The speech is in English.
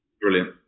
Brilliant